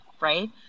Right